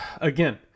again